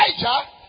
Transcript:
Elijah